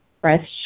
fresh